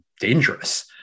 dangerous